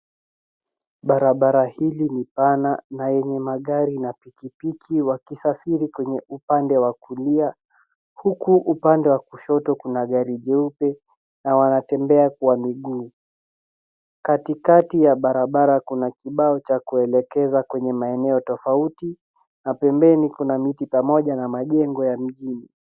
Barabara hili ni pana na yenye magari na pikipiki wakisafiri kwenye upande wa kulia. Huku upande wa kushoto kuna gari jeupe na watembea kwa miguu. Katikati ya barabara kuna kibao cha kuelekeza kwenye maeneo tofauti na pembeni kuna miti pamoja na majengo ya mjini.